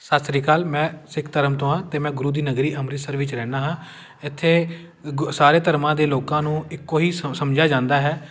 ਸਤਿ ਸ਼੍ਰੀ ਅਕਾਲ ਮੈਂ ਸਿੱਖ ਧਰਮ ਤੋਂ ਹਾਂ ਅਤੇ ਮੈਂ ਗੁਰੂ ਦੀ ਨਗਰੀ ਅੰਮ੍ਰਿਤਸਰ ਵਿੱਚ ਰਹਿੰਦਾ ਹਾਂ ਇੱਥੇ ਗੁ ਸਾਰੇ ਧਰਮਾਂ ਦੇ ਲੋਕਾਂ ਨੂੰ ਇੱਕੋ ਹੀ ਸ ਸਮਝਿਆ ਜਾਂਦਾ ਹੈ